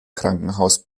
krankenhaus